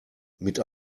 mit